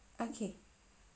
okay